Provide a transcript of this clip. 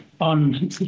on